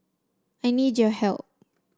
I need your help